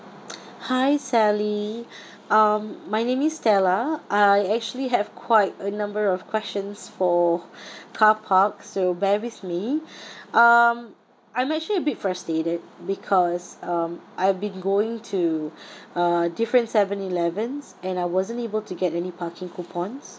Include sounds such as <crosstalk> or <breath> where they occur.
<noise> hi sally um my name is stella I actually have quite a number of questions for <breath> car parks so bear with me <breath> um I'm actually a bit frustrated because um I have been going to <breath> uh different seven elevens and I wasn't able to get any parking coupons